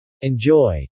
Enjoy